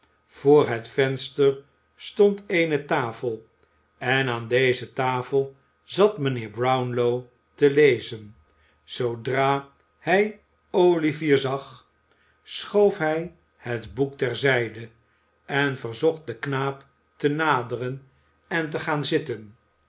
voor het venster stond eene tafel en aan deze tafel zat mijnheer brownlow te lezen zoodra hij olivier zag schoof hij het boek ter zijde en verzocht den knaap te naderen en te gaan zitten